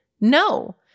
No